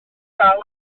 dal